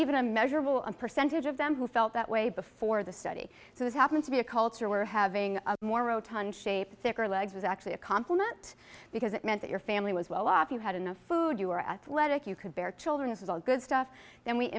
even a measurable and percentage of them who felt that way before the study so this happens to be a culture where having more rotund shape thicker legs was actually a compliment because it meant that your family was well off you had enough food you were athletic you could bear children this is all good stuff and we